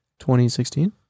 2016